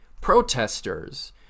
protesters